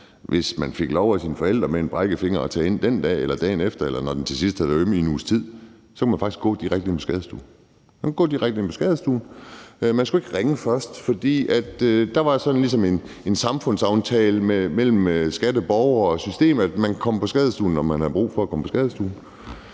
hvis man fik lov til det af sine forældre – med en brækket finger kunne tage ind den dag eller dagen efter, eller når den til sidst havde været øm i en uges tid, og faktisk gå direkte ind på skadestuen? Man kunne gå direkte ind på skadestuen. Man skulle ikke ringe først, for der var sådan ligesom en samfundsaftale mellem skatteborgere og system om, at man kunne komme på skadestuen, når man havde brug for at komme på skadestuen